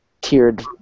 tiered